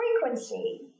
frequency